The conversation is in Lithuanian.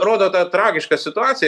rodo tą tragišką situaciją